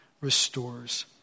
restores